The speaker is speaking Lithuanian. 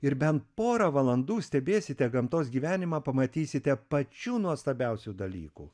ir bent porą valandų stebėsite gamtos gyvenimą pamatysite pačių nuostabiausių dalykų